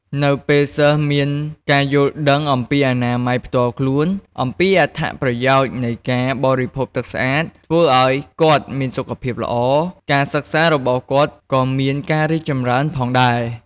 នៅពេលសិស្សមានការយល់ដឹងអំពីអនាម័យផ្ទាល់ខ្លួន អំពីអត្ថប្រយោជន៍នៃការបរិភោគទឹកស្អាត ធ្វើឲ្យគាត់មានសុខភាពល្អ ការសិក្សារបស់គាត់ក៏មានការរីកចម្រើនផងដែរ។